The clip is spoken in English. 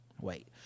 Wait